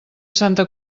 santa